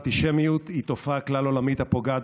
אנטישמיות היא תופעה כלל-עולמית הפוגעת